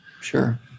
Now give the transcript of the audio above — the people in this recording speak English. sure